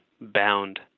bound